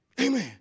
Amen